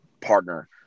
partner